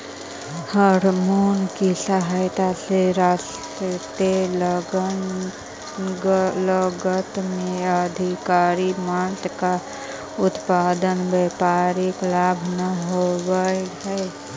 hormone की सहायता से सस्ते लागत में अधिकाधिक माँस का उत्पादन व्यापारिक लाभ ला होवअ हई